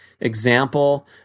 example